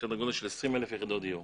סדר גודל של 20,000 יחידות דיור.